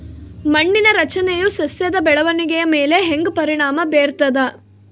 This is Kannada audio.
ಮಣ್ಣಿನ ರಚನೆಯು ಸಸ್ಯದ ಬೆಳವಣಿಗೆಯ ಮೇಲೆ ಹೆಂಗ ಪರಿಣಾಮ ಬೇರ್ತದ?